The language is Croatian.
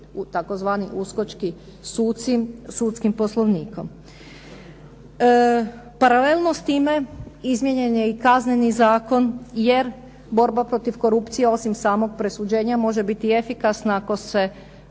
tzv. uskočki suci, sudskim poslovnikom. Paralelno s time izmijenjen je i Kazneni zakon jer borba protiv korupcije osim samog presuđenja može biti efikasna ako se